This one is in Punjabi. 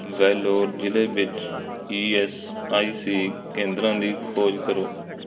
ਵੈਲੋਰ ਜ਼ਿਲ੍ਹੇ ਵਿੱਚ ਈ ਐੱਸ ਆਈ ਸੀ ਕੇਂਦਰਾਂ ਦੀ ਖੋਜ ਕਰੋ